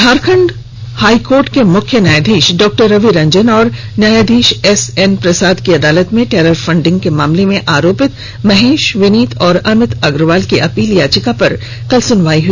Jharkhand high court के मुख्य न्यायधीश डॉ रवि रंजन और न्यायधीश एसएन प्रसाद की अदालत में टेरर फंडिंग के मामले में आरोपित महेश विनीत व अभित अग्रवाल की अपील याचिका पर कल सुनवाई की